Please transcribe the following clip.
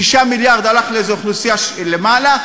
6 מיליארד הלכו לאיזו אוכלוסייה שהיא למעלה,